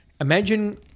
Imagine